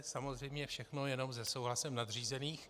Samozřejmě všechno jenom se souhlasem nadřízených.